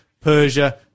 Persia